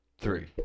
three